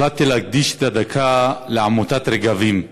החלטתי להקדיש את הדקה לעמותת "רגבים".